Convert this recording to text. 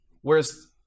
whereas